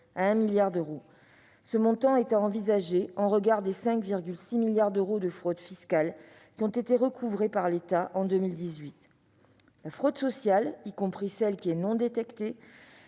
à 1 milliard d'euros. Ce montant doit être mis en regard des 5,6 milliards d'euros de fraude fiscale recouvrés par l'État en 2018. La fraude sociale, y compris celle qui n'est pas détectée,